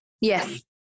Yes